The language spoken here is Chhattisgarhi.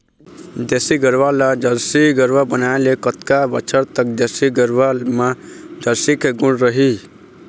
देसी गरवा ला जरसी गरवा बनाए ले कतका बछर तक देसी गरवा मा जरसी के गुण रही?